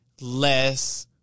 less